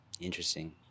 Interesting